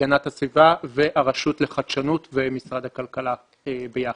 הגנת הסביבה, הרשות לחדשנות ומשרד הכלכלה ביחד.